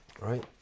right